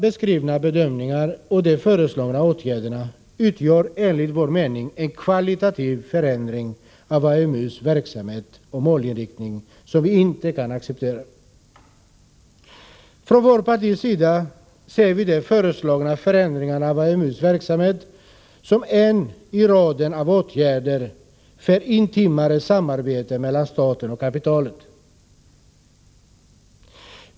Dessa bedömningar och de föreslagna åtgärderna utgör enligt vår mening en kvalitativ förändring av AMU:s verksamhet och målinriktning som vi inte kan acceptera. Från vårt partis sida ser vi den föreslagna förändringen av AMU:s verksamhet som en i raden av åtgärder för intimare samarbete mellan staten och kapitalet.